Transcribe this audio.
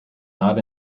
not